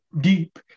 deep